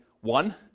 one